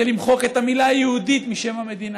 למחוק את המילה "יהודית" משם המדינה.